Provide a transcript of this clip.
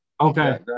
Okay